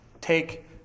take